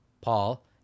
Paul